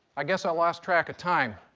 i guess, i lost track of time.